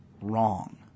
wrong